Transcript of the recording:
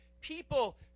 people